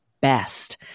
best